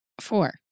Four